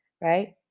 right